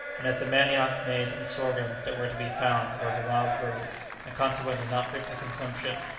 and as the manioc, maize, and sorghum that were to be found were of a wild growth and consequently not fit for consumption,